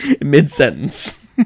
mid-sentence